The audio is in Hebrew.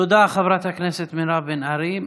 תודה, חברת הכנסת מירב בן ארי.